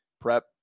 Prep